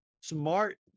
smart